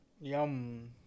Yum